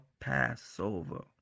passover